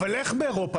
אבל איך באירופה?